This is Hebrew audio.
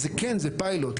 אז כן, זה פיילוט.